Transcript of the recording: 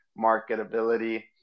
marketability